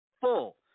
full